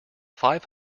five